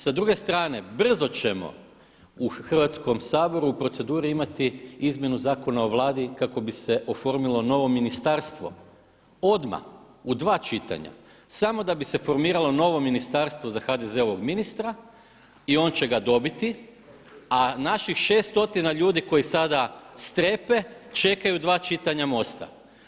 Sa druge strane, brzo ćemo u Hrvatskom saboru u proceduri imati izmjenu Zakona o Vladi kako bi se oformilo novo ministarstvo odmah u dva čitanja samo da bi se formiralo novo ministarstvo za HDZ-ovog ministra i on će ga dobit, a naših 6 stotina ljudi koji sada strepe čekaju dva čitanja MOST-a.